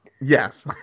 Yes